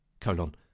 Colon